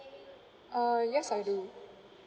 uh yes I do